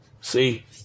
See